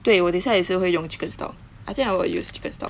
对我等一下也会用 chicken stock I think I will use chicken stock